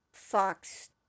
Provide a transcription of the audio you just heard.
Fox